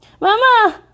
Mama